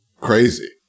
crazy